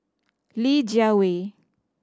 Li Jiawei